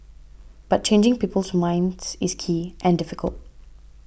but changing people's minds is key and difficult